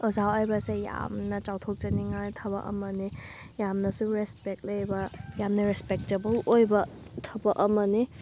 ꯑꯣꯖꯥ ꯑꯣꯏꯕꯁꯦ ꯌꯥꯝꯅ ꯆꯥꯎꯊꯣꯛꯆꯅꯤꯉꯥꯏ ꯊꯕꯛ ꯑꯃꯅꯤ ꯌꯥꯝꯅꯁꯨ ꯔꯦꯁꯄꯦꯛ ꯂꯩꯕ ꯌꯥꯝꯅ ꯔꯦꯁꯄꯦꯛꯇꯦꯕꯜ ꯑꯣꯏꯕ ꯊꯕꯛ ꯑꯃꯅꯤ